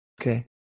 Okay